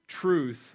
truth